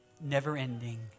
never-ending